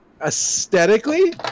aesthetically